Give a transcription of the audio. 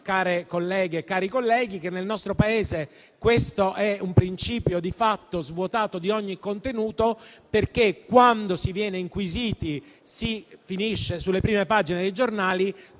che nel nostro Paese questo è un principio di fatto, svuotato di ogni contenuto, perché, quando si viene inquisiti, si finisce sulle prime pagine dei giornali,